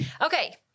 Okay